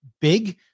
big